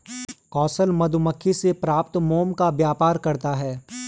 कौशल मधुमक्खी से प्राप्त मोम का व्यापार करता है